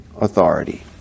authority